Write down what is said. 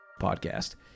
Podcast